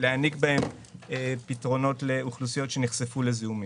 להעניק בהן פתרונות לאוכלוסיות שנחשפו לזיהומים.